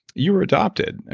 you were adopted. and